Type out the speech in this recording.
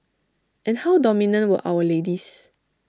and how dominant were our ladies